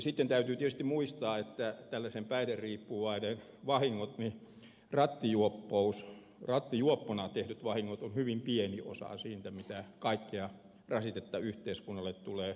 sitten täytyy tietysti muistaa että tällaisen päihderiippuvaisen rattijuoppona tehdyt vahingot ovat hyvin pieni osa siitä mitä kaikkea rasitetta yhteiskunnalle tulee